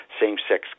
same-sex